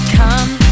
come